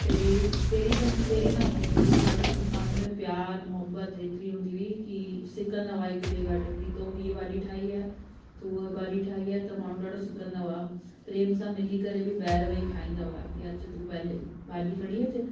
पहिरीं पहिरीं त न पहिरीं न हूंदो ॾाढो माण्हुनि में प्यारु मोहबत एतिरी हूंदी हुई की सिकंदा हुआ हिकु ॿिए वटि की तूं हीअ भाॼी ठाही आहे तूं उहा भाॼी ठाही आहे त माण्हू ॾाढो सिकंदा हुआ प्रेम सां मिली करे बि ॿाहिरि वेही खाईंदा हुआ की अचु तूं पंहिंजे भाॼी खणी अचु